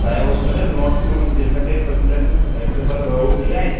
تۄہہِ اوس وُ نہ مےٚ برونٛٹھٕے ووٚنمُت ییٚلہِ مےٚ تۄہہِ پٔتمہِ لَٹہِ تِم ٹِپَر دہ وُہ تُجے